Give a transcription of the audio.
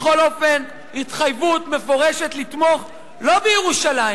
בכל אופן, התחייבות מפורשת לתמוך, לא בירושלים,